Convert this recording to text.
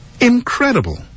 Incredible